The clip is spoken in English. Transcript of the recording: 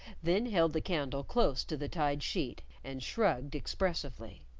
then held the candle close to the tied sheet, and shrugged expressively.